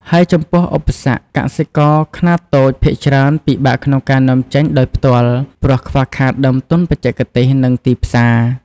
ហើយចំពោះឧបសគ្គ កសិករខ្នាតតូចភាគច្រើនពិបាកក្នុងការនាំចេញដោយផ្ទាល់ ព្រោះខ្វះខាតដើមទុនបច្ចេកទេស និងទីផ្សារ។